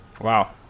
wow